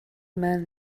man